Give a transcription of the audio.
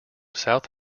south